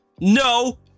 No